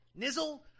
nizzle